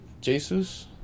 Jesus